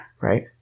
Right